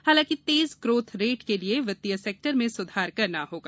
हालांकि तेज growth rate के लिए वित्तीय सेक्टर में सुधार करना होगा